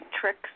tricks